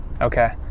Okay